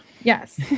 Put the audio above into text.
Yes